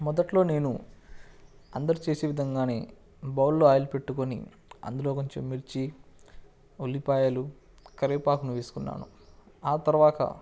మొదట్లో నేను అందరు చేసే విధంగా బౌల్లో ఆయిల్ పెట్టుకొని అందులో కొంచెం మిర్చి ఉల్లిపాయలు కరివేపాకును వేసుకున్నాను ఆ తర్వాత